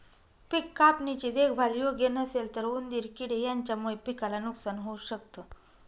पिक कापणी ची देखभाल योग्य नसेल तर उंदीर किडे यांच्यामुळे पिकाला नुकसान होऊ शकत